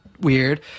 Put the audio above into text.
weird